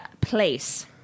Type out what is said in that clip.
place